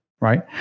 right